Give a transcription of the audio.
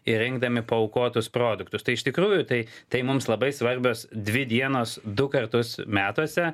ir rinkdami paaukotus produktus tai iš tikrųjų tai tai mums labai svarbios dvi dienos du kartus metuose